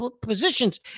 positions